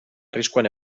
arriskuan